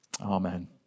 Amen